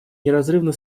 неразрывно